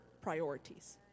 priorities